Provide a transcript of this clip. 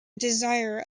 desire